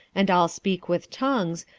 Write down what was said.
and all speak with tongues,